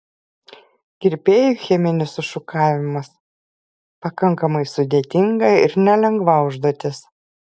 kirpėjui cheminis sušukavimas pakankamai sudėtinga ir nelengva užduotis